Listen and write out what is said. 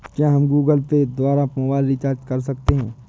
क्या हम Google Pay द्वारा मोबाइल रिचार्ज कर सकते हैं?